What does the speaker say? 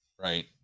right